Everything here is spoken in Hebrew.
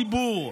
אתה נציג ציבור.